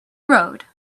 road